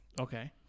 Okay